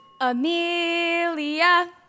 Amelia